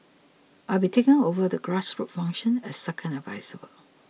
I'll be taking over the grassroots function as second adviser